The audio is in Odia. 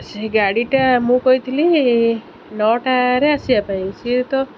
ସେ ଗାଡ଼ିଟା ମୁଁ କହିଥିଲି ନଅଟାରେ ଆସିବା ପାଇଁ ସିଏ ତ